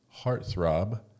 Heartthrob